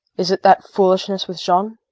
is it that foolishness with jean?